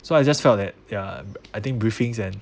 so I just felt that ya I think briefings and